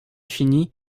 finis